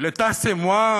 L'Etat c'est moi,